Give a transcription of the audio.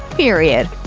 period.